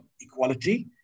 equality